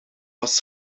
was